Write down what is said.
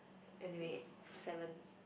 anyway seven